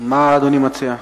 מה אדוני מציע לעשות?